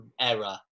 error